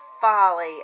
folly